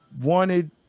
wanted